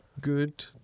good